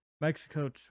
mexico